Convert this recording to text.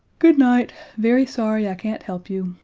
good night, very sorry i can't help you,